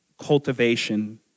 cultivation